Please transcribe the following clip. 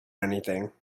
anything